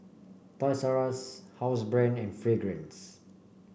Toys R Us Housebrand and Fragrance